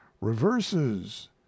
reverses